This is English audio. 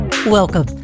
Welcome